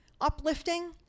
uplifting